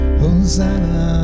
Hosanna